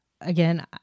again